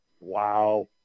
Wow